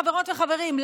חברות וחברים,